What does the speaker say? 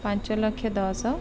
ପାଞ୍ଚଲକ୍ଷ ଦଶ